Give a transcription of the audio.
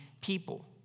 people